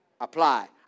apply